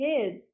kids